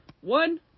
one